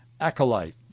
acolyte